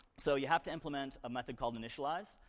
so you have to implement a method called initialize,